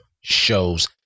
shows